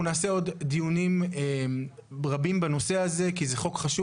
אנחנו נעשה עוד דיונים רבים בנושא הזה כי זה חוק חשוב